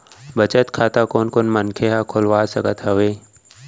बचत खाता कोन कोन मनखे ह खोलवा सकत हवे?